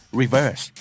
reverse